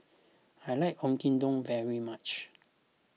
I like Oyakodon very much